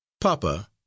Papa